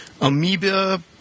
amoeba